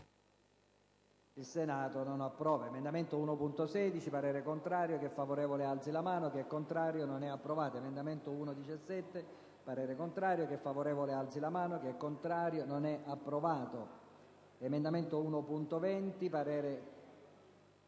**Il Senato non approva.**